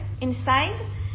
inside